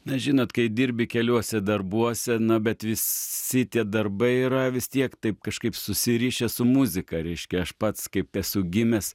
na žinot kai dirbi keliuose darbuose na bet visi tie darbai yra vis tiek taip kažkaip susirišę su muzika reiškia aš pats kaip esu gimęs